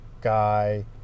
guy